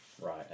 Right